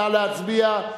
נא להצביע.